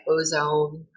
ozone